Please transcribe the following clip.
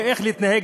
ודורות,